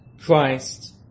Christ